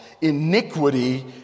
iniquity